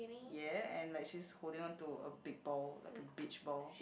ya and like she's holding onto a big ball like a beach ball